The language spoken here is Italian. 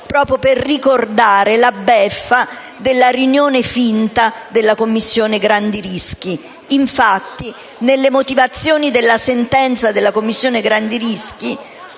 proprio per ricordare la beffa della finta riunione della commissione grandi rischi. Infatti, nelle motivazioni della sentenza relativa alla commissione grandi rischi,